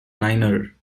niner